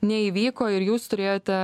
neįvyko ir jūs turėjote